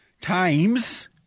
Times